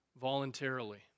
voluntarily